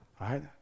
right